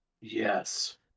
yes